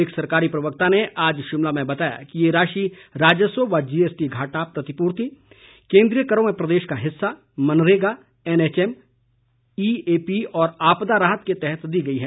एक सरकारी प्रवक्ता ने आज शिमला में बताया कि ये राशि राजस्व व जीएसटी घाटा प्रतिपूर्ति केन्द्रीय करों में प्रदेश का हिस्सा MNREGA NHM E A P और आपदा राहत के तहत दी गई है